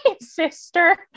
sister